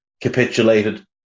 capitulated